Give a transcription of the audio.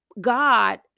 God